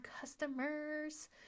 customers